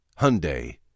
Hyundai